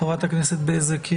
חברת הכנסת בזק,